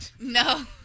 No